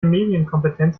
medienkompetenz